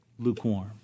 lukewarm